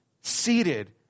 seated